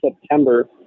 September